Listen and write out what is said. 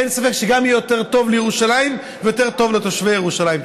אין ספק שגם יהיה יותר טוב לירושלים ויותר טוב לתושבי ירושלים.